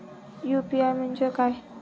UPI म्हणजे काय?